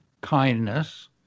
kindness